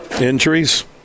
Injuries